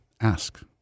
ask